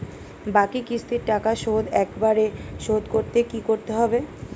বাকি কিস্তির টাকা শোধ একবারে শোধ করতে কি করতে হবে?